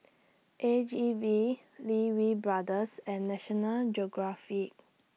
A G V Lee Wee Brothers and National Geographic